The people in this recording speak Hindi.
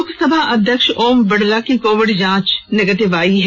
लोकसभा अध्यक्ष ओम बिरला की कोविड जांच नेगेटिव आई है